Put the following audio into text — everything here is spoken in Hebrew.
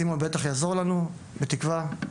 סימון בטח יעזור לנו, בתקווה.